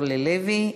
אורלי לוי,